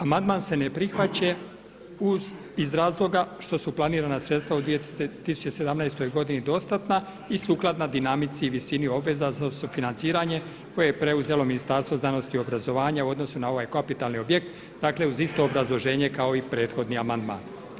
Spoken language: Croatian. Amandman se ne prihvaća iz razloga što su planirana sredstva u 2017. godini dostatna i sukladna dinamici i visini obaveza za sufinanciranje koje je preuzelo Ministarstvo znanosti i obrazovanja u odnosu na ovaj kapitalni objekt, dakle uz isto obrazloženje kao i prethodni amandman.